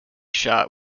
shot